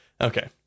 okay